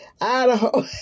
Idaho